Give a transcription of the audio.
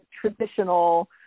traditional